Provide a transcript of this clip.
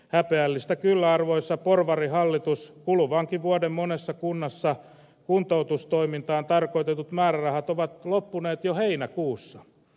häpeällistä kyllä arvoisa porvarihallitus kuluvanakin vuonna monessa kunnassa kuntoutustoimintaan tarkoitetut määrärahat ovat loppuneet jo heinäkuussa